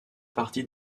parties